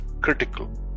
critical